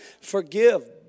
forgive